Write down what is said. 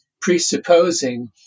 presupposing